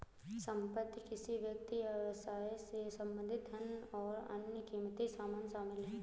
संपत्ति किसी व्यक्ति या व्यवसाय से संबंधित धन और अन्य क़ीमती सामान शामिल हैं